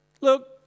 Look